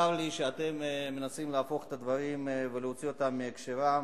צר לי שאתם מנסים להפוך את הדברים ולהוציא אותם מהקשרם.